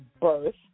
birth